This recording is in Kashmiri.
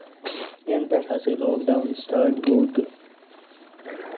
ییٚنہٕ پٮ۪ٹھ ہسا یہِ لاکڈَاوُن سِٹارٹ گوٚو تہٕ